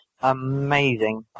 amazing